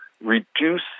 reduce